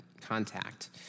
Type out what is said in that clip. contact